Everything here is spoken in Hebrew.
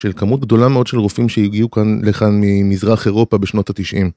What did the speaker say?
של כמות גדולה מאוד של רופאים שהגיעו כאן, לכאן ממזרח אירופה בשנות התשעים.